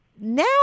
now